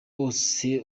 bose